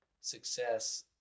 success